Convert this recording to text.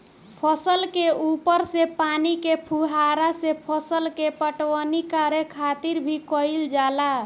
फसल के ऊपर से पानी के फुहारा से फसल के पटवनी करे खातिर भी कईल जाला